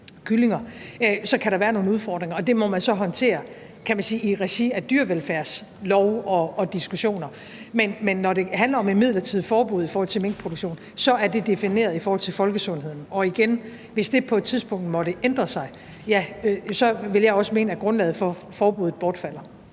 – kan der være nogle udfordringer, og det må man så håndtere, kan man sige, i regi af dyrevelfærdslov og -diskussioner. Men når det handler om et midlertidigt forbud mod minkproduktion, er det defineret i forhold til folkesundheden, og igen: Hvis det på et tidspunkt måtte ændre sig, vil jeg også mene, at grundlaget for forbuddet bortfalder.